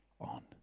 on